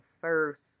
first